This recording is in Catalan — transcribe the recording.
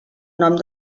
nom